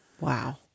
wow